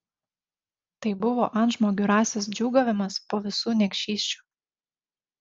tai buvo antžmogių rasės džiūgavimas po visų niekšysčių